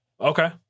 Okay